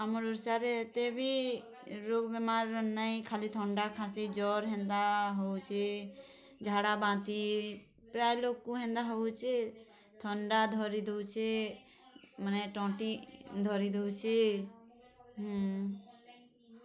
ଆମର୍ ଓଡ଼ିଶାରେ ଏତେବି ରୋଗ୍ ବେମାର୍ ନାଇଁ ଖାଲି ଥଣ୍ଡା ଖାଁସି ଜ୍ଵର୍ ହେନ୍ତା ହଉଛେ ଝାଡ଼ାବାନ୍ତି ପ୍ରାୟ ଲୁକ୍ଙ୍କୁ ଏନ୍ତା ହଉଛେ ଥଣ୍ଡା ଧରିଦଉଛେ ମାନେ ତଣ୍ଟି ଧରିଦଉଛେ